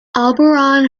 auberon